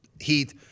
Heat